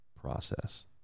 process